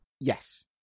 Yes